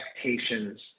expectations